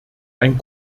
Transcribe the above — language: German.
ein